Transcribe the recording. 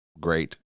Great